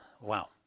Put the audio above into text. Wow